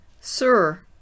Sir